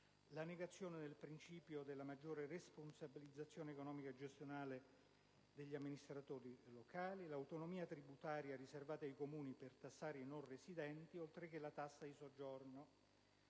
la negazione del principio della maggiore responsabilizzazione economico-gestionale degli amministratori locali, l'autonomia tributaria riservata ai Comuni per tassare i non residenti, la tassa di soggiorno: